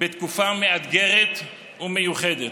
בתקופה מאתגרת ומיוחדת,